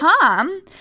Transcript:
Tom